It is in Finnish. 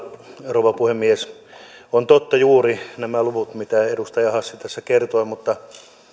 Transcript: rouva puhemies ovat totta juuri nämä luvut mitä edustaja hassi tässä kertoi mutta